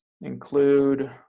include